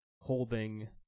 holding